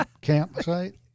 campsite